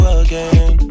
again